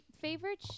favorite